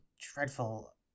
dreadful